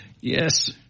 yes